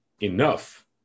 enough